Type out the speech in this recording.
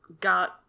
got